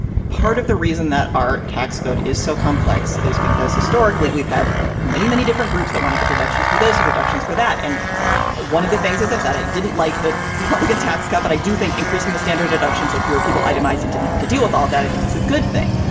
part of the reason that our tax code is so complex is because historically we've had many many different groups that want to get deductions for their so deductions for that. and one of the things as i've i didn't like that republican tax cut but i do think increasing the standard deduction so fewer people itemize and didn't have to deal with all that i think is a good thing.